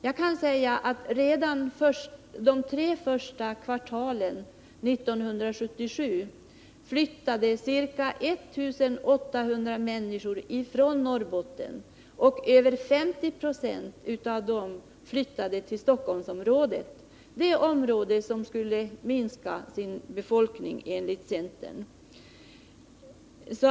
Redan under de tre första kvartalen 1977 flyttade ca 1 800 människor från Norrbotten, och över 50 96 av dem flyttade till Stockholmsområdet, det område som skulle minska sin befolkning enligt centern.